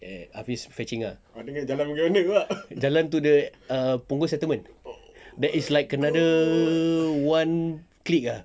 eh hafiz fetching ah jalan to the punggol settlement there is like another one click ah